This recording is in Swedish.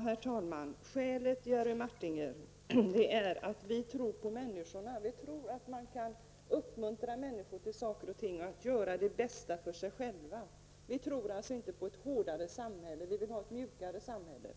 Herr talman! Skälet, Jerry Martinger, är att vi tror på människorna. Vi tror att man kan uppmuntra människor till att göra det bästa för sig själva. Vi tror alltså inte på ett hårdare samhälle. Vi vill ha ett mjukare samhälle.